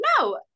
no